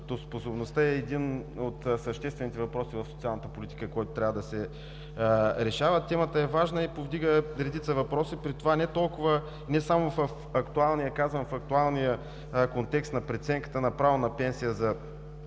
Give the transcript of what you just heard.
е един от съществените въпроси, който трябва да се решава. Темата е важна и повдига редица въпроси, при това не само в актуалния контекст на преценката на правото на пенсия за